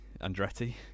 andretti